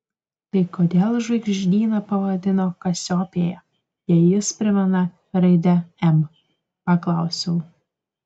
tai kodėl žvaigždyną pavadino kasiopėja jei jis primena raidę m paklausiau